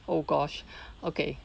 oh gosh okay